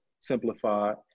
simplified